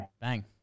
Bang